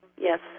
Yes